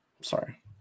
sorry